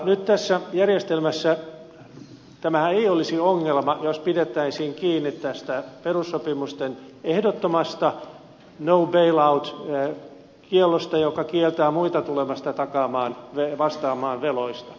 nyt tässä järjestelmässä tämähän ei olisi ongelma jos pidettäisiin kiinni tästä perussopimusten ehdottomasta no bail out kiellosta joka kieltää muita tulemasta vastaamaan veloista